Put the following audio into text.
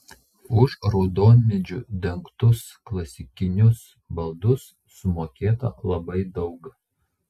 už raudonmedžiu dengtus klasikinius baldus sumokėta labai daug